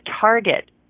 target